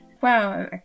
Wow